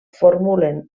formulen